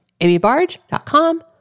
amybarge.com